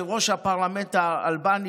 יושב-ראש הפרלמנט האלבני,